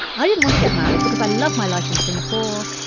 i didn't want to get married because i love my life in singapore.